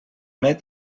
nét